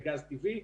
בגז טבעי,